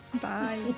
Bye